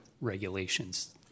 regulations